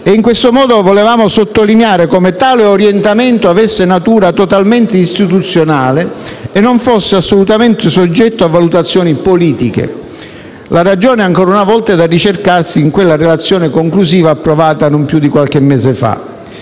e in questo modo volevamo sottolineare come tale orientamento avesse natura totalmente istituzionale e non fosse assolutamente soggetto a valutazioni politiche. La ragione, ancora una volta, è da ricercarsi in quella relazione conclusiva approvata non più di qualche mese fa.